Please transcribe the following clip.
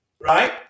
right